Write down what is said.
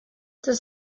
does